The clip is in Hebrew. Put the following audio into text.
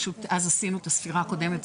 פשוט אז עשינו את הספירה הקודמת,